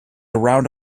around